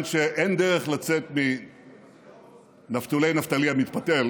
שאין דרך לצאת מנפתולי נפתלי המתפתל